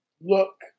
look